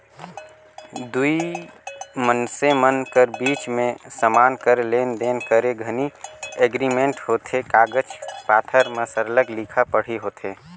दुई मइनसे मन कर बीच में समान कर लेन देन करे घनी एग्रीमेंट होथे कागज पाथर में सरलग लिखा पढ़ी होथे